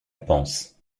panse